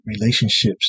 relationships